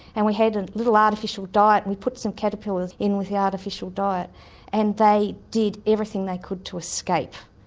and we had and little artificial diet, and we put some caterpillars in with the artificial diet and they did everything they could to escape.